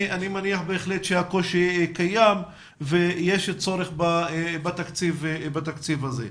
אני מניח שהקושי קיים ויש צורך בתקציב הזה.